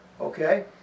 okay